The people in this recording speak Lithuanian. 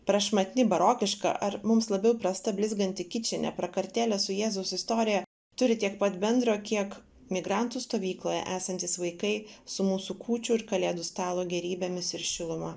prašmatni barokiška ar mums labiau įprasta blizganti kičinė prakartėlė su jėzaus istorija turi tiek pat bendro kiek migrantų stovykloje esantys vaikai su mūsų kūčių ir kalėdų stalo gėrybėmis ir šiluma